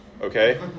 Okay